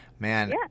Man